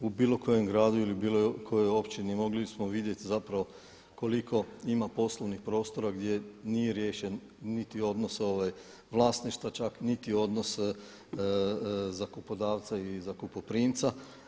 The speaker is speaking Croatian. I u bilo kojem gradu ili bilo kojoj općini mogli smo vidjeti zapravo koliko ima poslovnih prostora gdje nije riješen niti odnos vlasništva čak niti odnos zakupodavca i zakupoprimca.